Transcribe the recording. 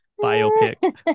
biopic